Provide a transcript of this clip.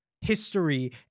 history